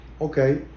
Okay